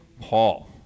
Paul